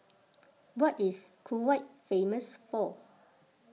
what is Kuwait famous for